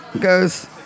goes